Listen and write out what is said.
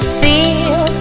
feel